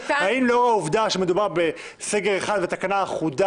האם לאור העובדה שמדובר בסגר אחד ותקנה אחודה ,